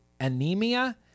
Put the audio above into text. Anemia